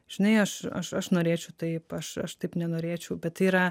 žinai aš aš aš norėčiau taip aš aš taip nenorėčiau bet tai yra